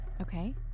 Okay